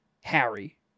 Harry